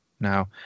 now